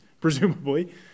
presumably